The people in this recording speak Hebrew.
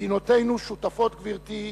מדינותינו שותפות, גברתי,